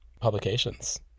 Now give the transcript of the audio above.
publications